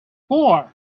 four